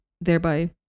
thereby